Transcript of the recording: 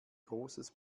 großes